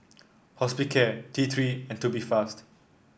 Hospicare T Three and Tubifast